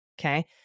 Okay